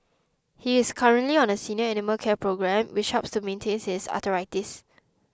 he is currently on a senior animal care programme which helps to manage his arthritis